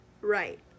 Right